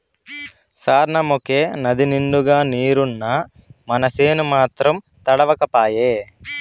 సార్నముకే నదినిండుగా నీరున్నా మనసేను మాత్రం తడవక పాయే